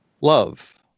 love